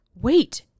Wait